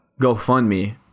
GoFundMe